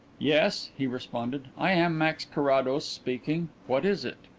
yes, he responded i am max carrados speaking. what is it?